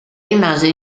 rimase